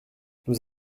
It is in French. nous